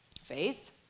faith